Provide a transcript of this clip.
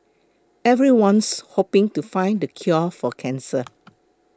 everyone's hoping to find the cure for cancer